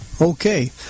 Okay